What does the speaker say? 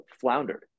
floundered